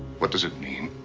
what does it mean?